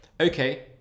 Okay